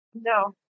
No